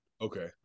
Okay